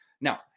Now